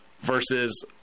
versus